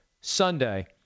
Sunday